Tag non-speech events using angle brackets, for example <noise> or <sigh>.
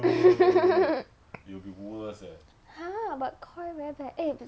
<laughs> !huh! but KOI very bad eh but